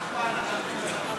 אבל אני רוצה לומר לכם,